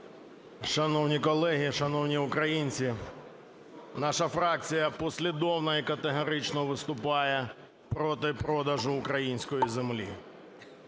Шановні колеги! Шановні українці! Наша фракція послідовно і категорично виступає проти продажу української землі.